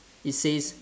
it says